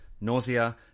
nausea